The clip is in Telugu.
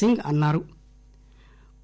సింగ్ అన్నా రు